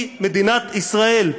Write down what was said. הוא מדינת ישראל.